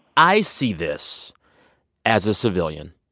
i see this as a civilian,